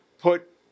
put